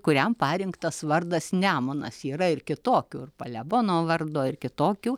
kuriam parinktas vardas nemunas yra ir kitokių palemono vardo ir kitokių